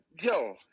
yo